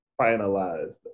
finalized